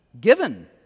given